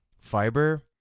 fiber